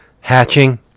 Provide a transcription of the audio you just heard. hatching